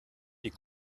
die